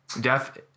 Death